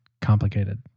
complicated